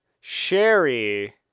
Sherry